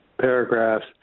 paragraphs